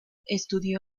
estudió